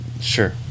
Sure